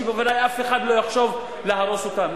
שבוודאי אף אחד לא יחשוב להרוס אותם.